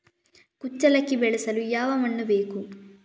ಕುಚ್ಚಲಕ್ಕಿ ಬೆಳೆಸಲು ಯಾವ ಮಣ್ಣು ಬೇಕು?